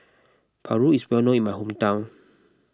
Paru is well known in my hometown